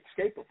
escapable